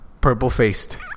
Purple-faced